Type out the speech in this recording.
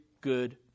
good